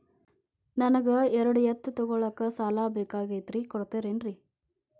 ನನಗ ಎರಡು ಎತ್ತು ತಗೋಳಾಕ್ ಸಾಲಾ ಬೇಕಾಗೈತ್ರಿ ಕೊಡ್ತಿರೇನ್ರಿ?